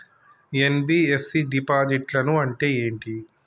NBFC డిపాజిట్లను అంటే ఏంటి?